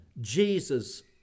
Jesus